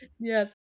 Yes